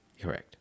Correct